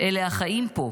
/ אלה החיים פה,